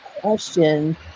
question